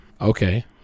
Okay